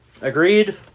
Agreed